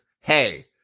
Hey